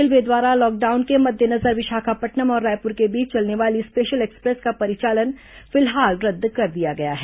railway द्वारा lockdown के मद्देनजर विशाखापट्नम और रायपुर के बीच चलने वाली स्पेशल एक्सप्रेस का परिचालन फिलहाल रद्द कर दिया गया है